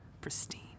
pristine